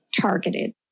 targeted